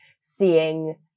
seeing